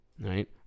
right